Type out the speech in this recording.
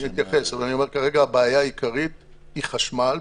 אני אומר שכרגע הבעיה העיקרית היא חשמל.